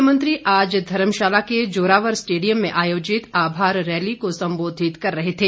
मुख्यमंत्री आज धर्मशाला के जोरावर स्टेडियम में आयोजित आभार रैली को संबोधित कर रहे थे